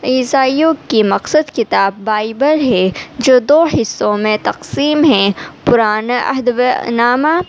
عیسائیوں کی مقصد کتاب بائیبل ہے جو دو حصّوں میں تقسیم ہے پرانا عہد و نامہ